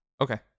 Okay